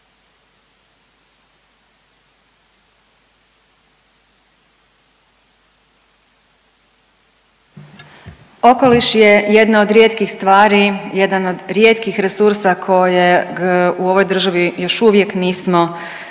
Okoliš je jedna od rijetkih stvari, jedan od rijetkih resursa kojeg u ovoj državi još uvijek nismo devastirali,